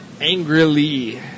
Angrily